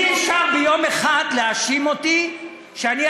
אי-אפשר ביום אחד להאשים אותי שאני,